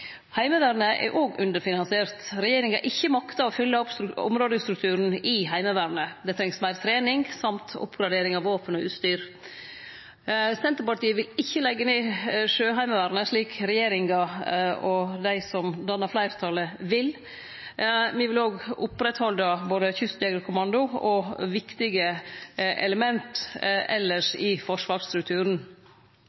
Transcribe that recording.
Heimevernet er òg underfinansiert. Regjeringa har ikkje makta å fylle opp områdestrukturen i Heimevernet. Det trengst meir trening og oppgradering av våpen og utstyr. Senterpartiet vil ikkje leggje ned Sjøheimevernet slik regjeringa og dei som dannar fleirtalet, vil. Me vil òg oppretthalde Kystjegerkommandoen vår og viktige element elles